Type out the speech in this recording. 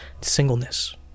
singleness